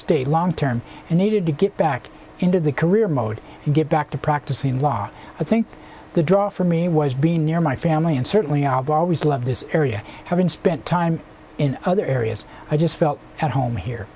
stay long term and needed to get back into the career mode and get back to practicing law i think the draw for me was being near my family and certainly i have always loved this area having spent time in other areas i just felt at home here